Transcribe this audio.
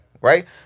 right